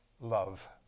love